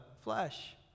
flesh